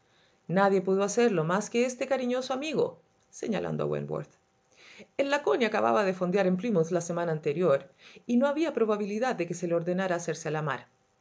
nadie pudo hacerlo más que este cariñoso amigoseñalando a wentworth el laconia acababa de fondear en plyimouth la semana anterior y no había probabilidad de que se le ordenara hacerse a la mar